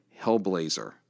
Hellblazer